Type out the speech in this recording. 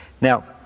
Now